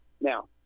Now